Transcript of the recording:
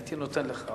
הייתי נותן לך.